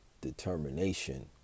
determination